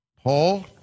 Paul